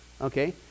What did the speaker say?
okay